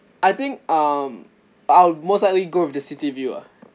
I think um I'll most likely go with the city view ah